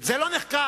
זה לא נחקר.